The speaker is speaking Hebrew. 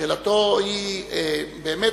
שאלתו באמת,